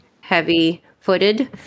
heavy-footed